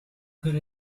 could